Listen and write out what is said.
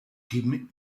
team